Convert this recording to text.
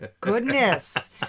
goodness